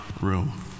room